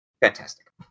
fantastic